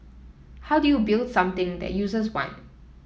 how do you build something that users want